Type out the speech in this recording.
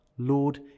Lord